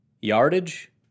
yardage